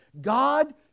God